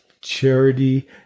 charity